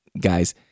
guys